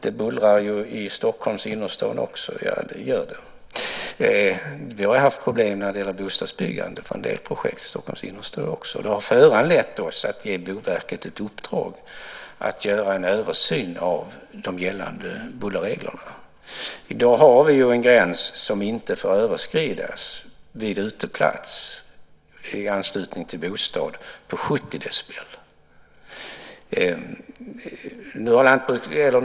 Det bullrar i Stockholms innerstad också - ja, det gör det. Vi har haft problem när det gäller bostadsbyggande i en del projekt i Stockholms innerstad också. Det har föranlett oss att ge Boverket i uppdrag att göra en översyn av de gällande bullerreglerna. I dag har vi en gräns som inte får överskridas vid uteplats i anslutning till bostad på 70 decibel.